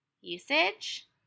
usage